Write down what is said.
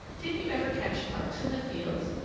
didn't you ever catch larks in the fields,